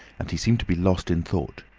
and he seemed to be lost in thought.